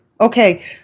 okay